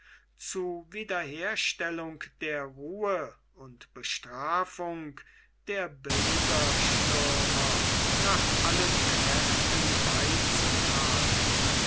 zu wiederherstellung der ruhe und bestrafung der bilderstürmer nach allen kräften beizutragen